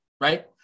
right